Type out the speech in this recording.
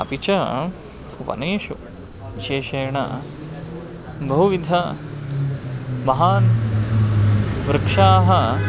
अपि च वनेषु विशेषेण बहुविधाः महन्तः वृक्षाः